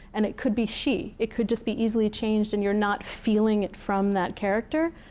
and it could be she. it could just be easily changed, and you're not feeling it from that character.